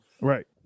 right